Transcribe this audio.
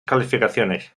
calificaciones